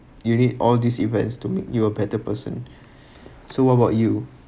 you need all these events to make you a better person so what about you